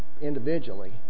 individually